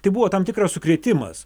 tai buvo tam tikras sukrėtimas